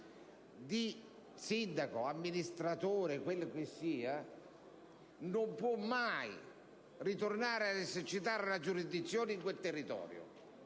di sindaco, di amministratore o altro, non possa mai ritornare ad esercitare la giurisdizione in quel territorio.